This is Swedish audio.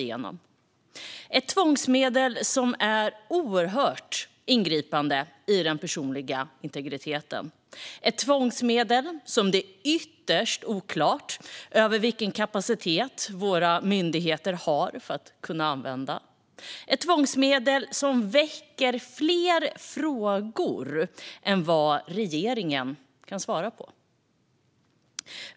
Det är ett tvångsmedel som är oerhört ingripande i den personliga integriteten, ett tvångsmedel som det är ytterst oklart vilken kapacitet våra myndigheter har att använda och ett tvångsmedel som väcker fler frågor än vad regeringen kan svara på.